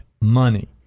money